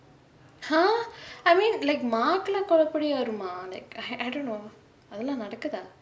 !huh! I mean like mark லே கொலப்படி வருமா:lae koleppadi varumaa like I I don't know அதுலா நடக்குதா:athulaa nadakuthaa